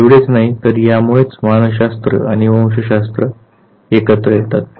एवढेच नाही तर या मुळेच मानसशास्त्र आणि अनुवंशशास्त्र एकत्रही येतात